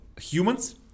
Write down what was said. humans